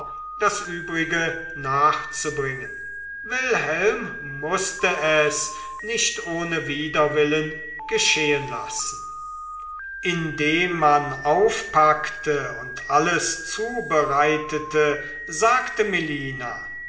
das übrige nachzubringen wilhelm mußte es nicht ohne widerwillen geschehen lassen indem man aufpackte und alles zubereitete sagte melina